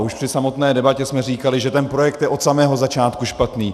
A už při samotné debatě jsme říkali, že ten projekt je od samého začátku špatný.